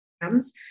programs